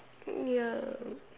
ya